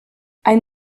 ein